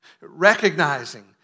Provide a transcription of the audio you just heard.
Recognizing